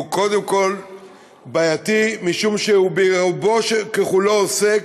הוא קודם כול בעייתי משום שרובו ככולו הוא עוסק